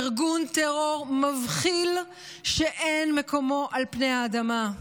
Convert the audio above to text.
ארגון טרור מבחיל שאין מקומו על פני האדמה.